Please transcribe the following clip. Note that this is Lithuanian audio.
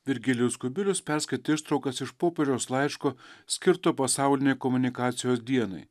virgilijus kubilius perskaitė ištraukas iš popiežiaus laiško skirto pasaulinei komunikacijos dienai